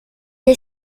est